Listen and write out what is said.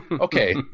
okay